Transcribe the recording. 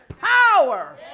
power